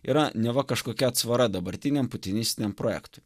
yra neva kažkokia atsvara dabartiniam putinistiniam projektui